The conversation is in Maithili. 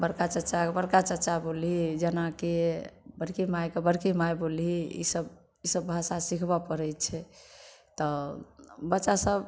बड़का चचाके बड़का चचा बोलही जेना कि बड़की माइके बड़की माइ बोलही ईसब ईसब भाषा सिखबऽ पड़ै छै तऽ बच्चासभ